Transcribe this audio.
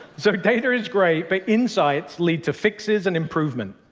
so data is great, but insights lead to fixes and improvement.